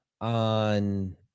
on